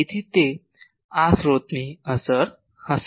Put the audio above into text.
તેથી તે આ સ્રોતની અસર હશે